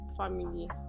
family